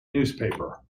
newspaper